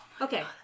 Okay